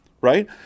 right